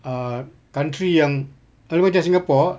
err country yang country macam singapore